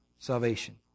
Salvation